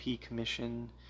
Commission